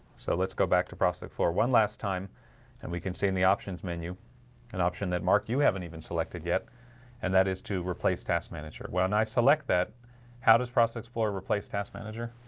so let's go back to prospect floor one last time and we can see in the options menu an option that mark you haven't even selected yet and that is to replace task manager well, and i select that how does process explorer replace task manager?